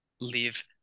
live